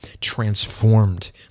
transformed